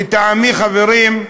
לטעמי, חברים,